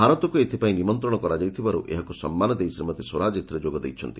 ଭାରତକୁ ଏଥିପାଇଁ ନିମନ୍ତ୍ରଣ କରାଯାଇଥିବାରୁ ଏହାକୁ ସମ୍ମାନ ଦେଇ ଶ୍ରୀମତୀ ସ୍ୱରାଜ ଏଥିରେ ଯୋଗ ଦେଇଛନ୍ତି